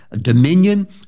dominion